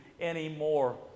anymore